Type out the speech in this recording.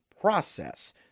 process